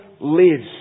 lives